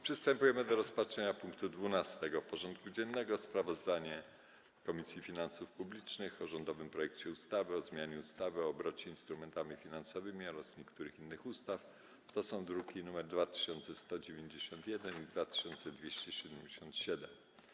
Przystępujemy do rozpatrzenia punktu 12. porządku dziennego: Sprawozdanie Komisji Finansów Publicznych o rządowym projekcie ustawy o zmianie ustawy o obrocie instrumentami finansowymi oraz niektórych innych ustaw (druki nr 2191 i 2277)